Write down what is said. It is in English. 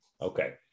Okay